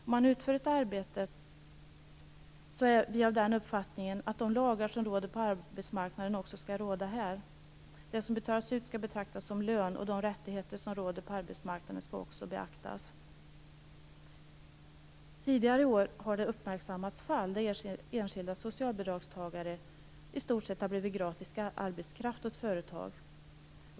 Vi är av den uppfattningen att om man utför ett arbete skall de lagar som råder på arbetsmarknaden också råda här. Det som betalas ut skall betraktas som lön, och de rättigheter som finns på arbetsmarknaden skall också beaktas. Tidigare i år har fall uppmärksammats där enskilda socialbidragstagare har blivit i stort sett gratis arbetskraft åt företag.